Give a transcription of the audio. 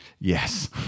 Yes